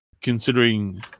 considering